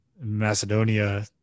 Macedonia